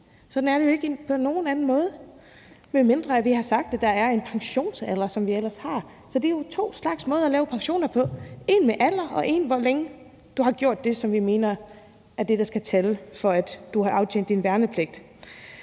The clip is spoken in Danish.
Sådan er det ikke på nogen anden måde, medmindre vi har sagt, at der er en pensionsalder, som vi ellers har. Så det er jo to måder at lave pensioner på: en med alder og en med, hvor længe du har gjort det, som vi mener er det, der skal tælle, for at du har aftjent din værnepligt.